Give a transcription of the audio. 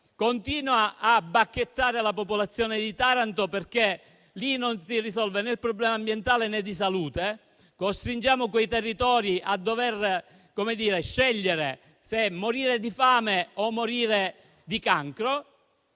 continua a bacchettare la popolazione di Taranto, perché non si risolve né il problema ambientale, né quello della salute. Costringiamo quei territori a dover scegliere se morire di fame o morire di cancro.